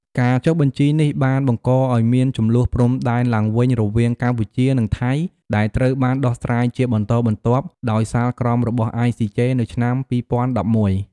ការចុះបញ្ជីនេះបានបង្កឲ្យមានជម្លោះព្រំដែនឡើងវិញរវាងកម្ពុជា និងថៃ ដែលត្រូវបានដោះស្រាយជាបន្តបន្ទាប់ដោយសាលក្រមរបស់ ICJ នៅឆ្នាំ ២០១១។